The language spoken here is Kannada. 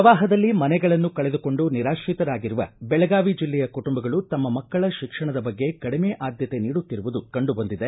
ಪ್ರವಾಹದಲ್ಲಿ ಮನೆಗಳನ್ನು ಕಳೆದುಕೊಂಡು ನಿರಾತ್ರಿತರಾಗಿರುವ ಬೆಳಗಾವಿ ಜಿಲ್ಲೆಯ ಕುಟುಂಬಗಳು ತಮ್ಮ ಮಕ್ಕಳ ಶಿಕ್ಷಣದ ಬಗ್ಗೆ ಕಡಿಮೆ ಆದ್ಯತೆ ನೀಡುತ್ತಿರುವುದು ಕಂಡು ಬಂದಿದೆ